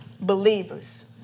Believers